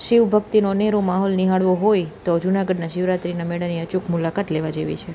શિવ ભક્તિનો અનેરો માહોલ નિહાળવો હોય તો જુનાગઢના શિવરાત્રિના મેળાની અચૂક મુલાકાત લેવા જેવી છે